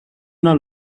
una